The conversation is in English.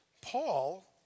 Paul